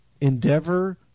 endeavor